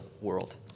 world